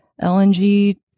LNG